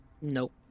Nope